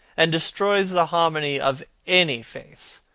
and destroys the harmony of any face.